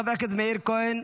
חבר הכנסת מאיר כהן,